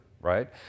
Right